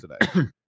today